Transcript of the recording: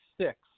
six